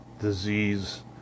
disease